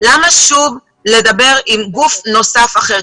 למה שוב לדבר עם גוף נוסף אחר?